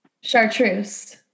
chartreuse